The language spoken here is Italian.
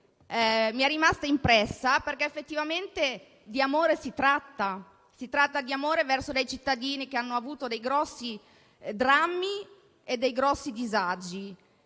Mi è rimasto impresso tale paragone perché, effettivamente, di amore si tratta: si tratta di amore verso dei cittadini che hanno avuto dei grossi drammi e dei grossi disagi.